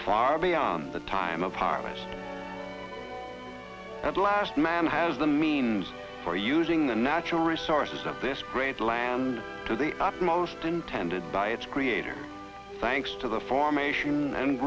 far beyond the time of harvest that last man has the means for using the natural resources of this great land to the utmost intended by its creator thanks to the formation